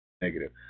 negative